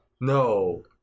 No